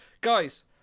guys